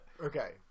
Okay